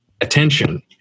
attention